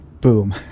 boom